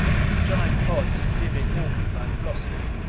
with giant pods and vivid orchidlike blossoms.